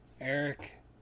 Eric